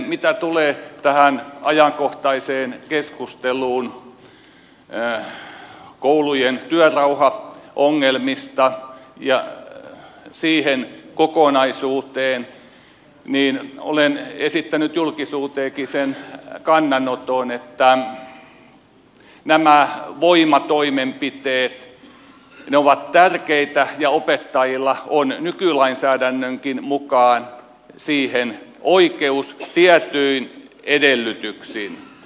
mitä sitten tulee tähän ajankohtaiseen keskusteluun koulujen työrauhaongelmista ja siihen kokonaisuuteen olen esittänyt julkisuuteenkin sen kannanoton että nämä voimatoimenpiteet ovat tärkeitä ja opettajilla on nykylainsäädännönkin mukaan siihen oikeus tietyin edellytyksin